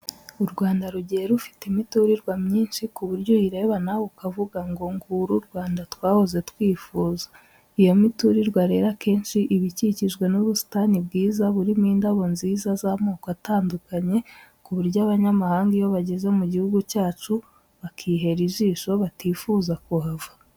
U Rwanda rugiye rufite imiturirwa myinshi ku buryo uyireba nawe ukavuga ngo nguru u Rwanda twahoze twifuza. Iyo miturirwa rero akenshi iba ikikijwe n'ubusitani bwiza burimo indabo nziza z'amoko atandukanye ku buryo abanyamahanga iyo bageze mu gihugu cyacu bakihera ijisho batifuza kuhava.